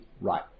right